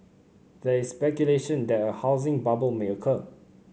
there is speculation that a housing bubble may occur